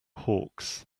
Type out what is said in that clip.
hawks